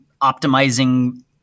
optimizing